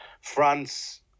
France